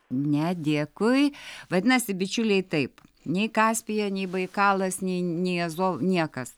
ne dėkui vadinasi bičiuliai taip nei kaspija nei baikalas nei niezo niekas